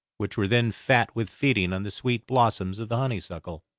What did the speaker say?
which were then fat with feeding on the sweet blossoms of the honeysuckle.